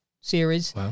series